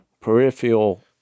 peripheral